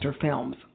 films